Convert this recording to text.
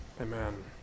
Amen